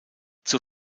zur